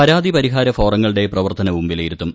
പരാതി പരിഹാര ഫോറങ്ങളുടെ പ്രവർത്തനവും വിലയിരുത്തും